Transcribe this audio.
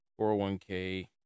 401k